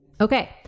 Okay